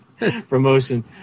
Promotion